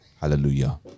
Hallelujah